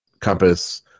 compass